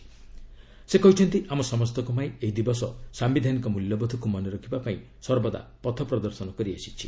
ରାଷ୍ଟ୍ରପତି କହିଛନ୍ତି ଆମ ସମସ୍ତଙ୍କ ପାଇଁ ଏହି ଦିବସ ସାୟିଧାନିକ ମୂଲ୍ୟବୋଧକୁ ମନେ ରଖିବା ପାଇଁ ସର୍ବଦା ପଥ ପ୍ରଦର୍ଶନ କରିଆସିଛି